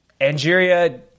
Angeria